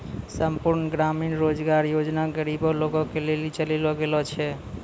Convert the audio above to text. संपूर्ण ग्रामीण रोजगार योजना गरीबे लोगो के लेली चलैलो गेलो छै